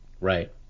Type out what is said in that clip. Right